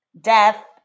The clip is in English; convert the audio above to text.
Death